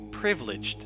privileged